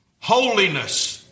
holiness